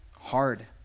hard